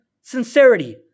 sincerity